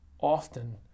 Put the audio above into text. often